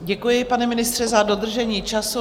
Děkuji, pane ministře, za dodržení času.